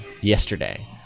yesterday